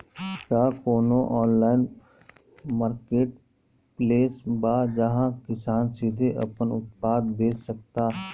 का कोनो online marketplace बा जहां किसान सीधे अपन उत्पाद बेच सकता?